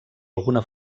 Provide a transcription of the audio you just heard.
alguna